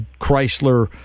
Chrysler